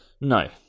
no